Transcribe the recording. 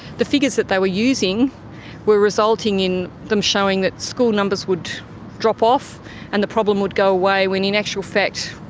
the figures they were using were resulting in them showing that school numbers would drop off and the problem would go away, when in actual fact,